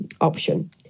option